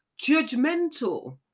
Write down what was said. judgmental